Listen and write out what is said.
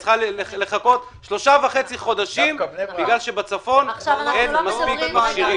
היא צריכה לחכות שלושה וחצי חודשים בגלל שבצפון אין מספיק מכשירים.